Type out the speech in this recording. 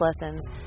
lessons